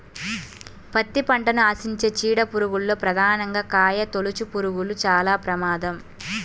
పత్తి పంటను ఆశించే చీడ పురుగుల్లో ప్రధానంగా కాయతొలుచుపురుగులు చాలా ప్రమాదం